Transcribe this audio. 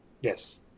Yes